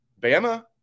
Bama